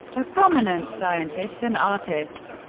a prominent scientist and artist.